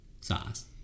sauce